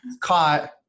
caught